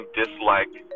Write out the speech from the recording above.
dislike